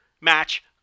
match